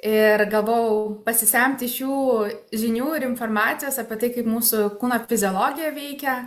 ir gavau pasisemti šių žinių ir informacijos apie tai kaip mūsų kūno fiziologija veikia